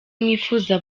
mwifuza